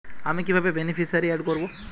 আমি কিভাবে beneficiary add করব?